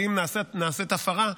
ואם נעשית הפרה,